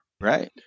Right